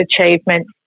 achievement